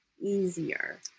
easier